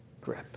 grip